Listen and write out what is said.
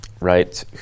right